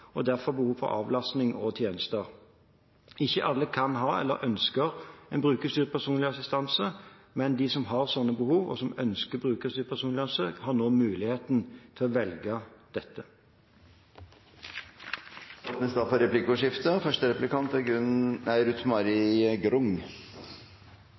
og derfor behov for avlastning og tjenester. Ikke alle kan ha eller ønsker en brukerstyrt personlig assistanse, men de som har slike behov, og som ønsker brukerstyrt personlig assistanse, har nå muligheten til å velge dette. Det blir replikkordskifte. Dette er